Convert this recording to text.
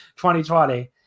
2020